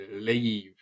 leave